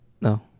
No